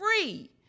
free